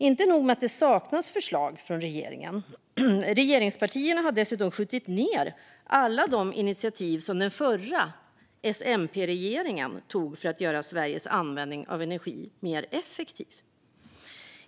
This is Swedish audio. Inte nog med att det saknas förslag från regeringen - regeringspartierna har dessutom skjutit ned alla de initiativ som den förra SMP-regeringen tog för att göra Sveriges användning av energi mer effektiv.